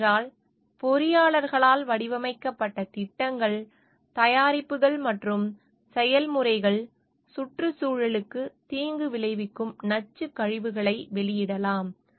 ஏனென்றால் பொறியாளர்களால் வடிவமைக்கப்பட்ட திட்டங்கள் தயாரிப்புகள் மற்றும் செயல்முறைகள் சுற்றுச்சூழலுக்கு தீங்கு விளைவிக்கும் நச்சுக் கழிவுகளை வெளியிடலாம்